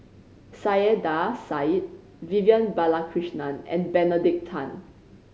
Saiedah Said Vivian Balakrishnan and Benedict Tan